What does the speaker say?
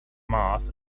mass